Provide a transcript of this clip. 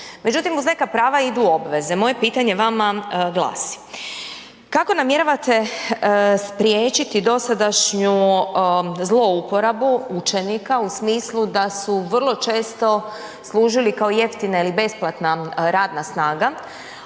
Međutim uz neka prava idu obveze. Moje pitanje vama glasi: Kako namjeravate spriječiti dosadašnju zlouporabu učenika u smislu da su vrlo često služili kao jeftina ili besplatna radna snaga